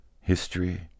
history